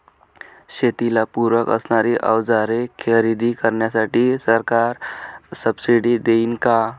शेतीला पूरक असणारी अवजारे खरेदी करण्यासाठी सरकार सब्सिडी देईन का?